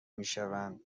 میشوند